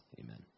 Amen